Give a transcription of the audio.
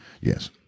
yes